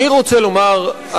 אני רוצה לומר,